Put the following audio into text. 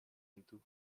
into